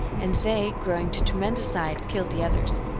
and they, growing to tremendous size, killed the others.